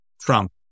Trump